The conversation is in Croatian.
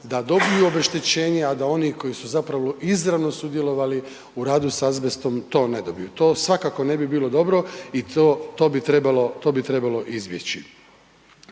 da dobiju obeštećenje, a da oni koji su zapravo izravno sudjelovali u radu sa azbestom to ne dobiju, to svakako ne bi bilo dobro i to bi trebalo izbjeći.